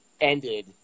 ended